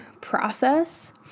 process